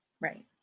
right